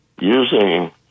using